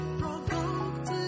provoked